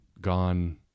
gone